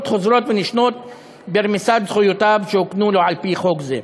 חוזרים ונשנים לרמיסת זכויותיו שהוקנו לו על-פי חוק זה.